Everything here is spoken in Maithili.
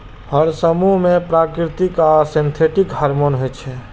हर समूह मे प्राकृतिक आ सिंथेटिक हार्मोन होइ छै